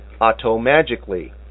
automagically